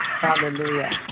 hallelujah